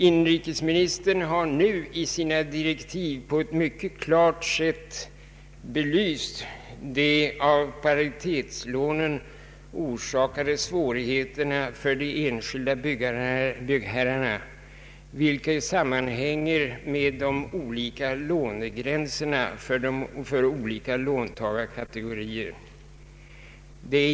Inrikesministern har nu i sina direktiv på ett mycket klart sätt belyst de av paritetslånen orsakade svårigheterna för de enskilda byggherrarna. Detta sammanhänger med de olika lånegränserna för skilda låntagarkategorier.